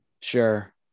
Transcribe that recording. Sure